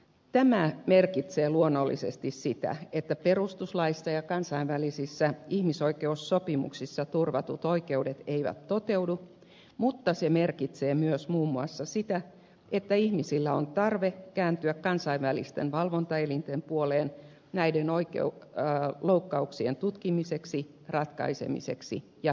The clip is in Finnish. tämä merkitsee luonnollisesti sitä että perustuslaissa ja kansainvälisissä ihmisoikeussopimuksissa turvatut oikeudet eivät toteudu mutta se merkitsee myös muun muassa sitä että ihmisillä on tarve kääntyä kansainvälisten valvontaelinten puoleen näiden loukkauksien tutkimiseksi ratkaisemiseksi ja hyvittämiseksi